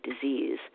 disease